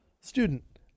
student